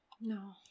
No